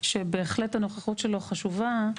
שבהחלט הנוכחות שלו חשובה,